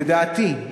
לדעתי,